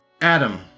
Adam